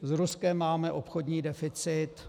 S Ruskem máme obchodní deficit.